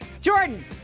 Jordan